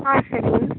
ஆ சரிங்க